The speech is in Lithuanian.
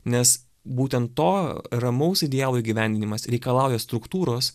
nes būtent to ramaus idealo įgyvendinimas reikalauja struktūros